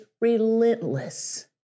relentless